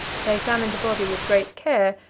they examined the body with great care,